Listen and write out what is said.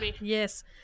Yes